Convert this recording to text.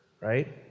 right